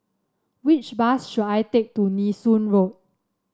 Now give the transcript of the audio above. which bus should I take to Nee Soon Road